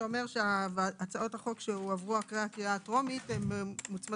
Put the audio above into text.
שאומר שהצעות החוק שהועברו אחרי הקריאה הטרומית מוצמדות